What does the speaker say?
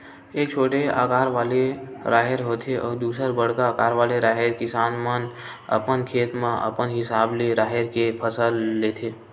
एक छोटे अकार वाले राहेर होथे अउ दूसर बड़का अकार वाले राहेर, किसान मन अपन खेत म अपन हिसाब ले राहेर के फसल लेथे